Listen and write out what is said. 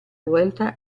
vuelta